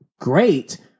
Great